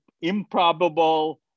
improbable